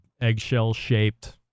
eggshell-shaped